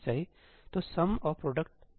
तो सम और प्रोडक्ट 1 से आरंभिक हैं सही